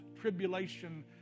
tribulation